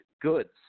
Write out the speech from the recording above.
goods